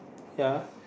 ya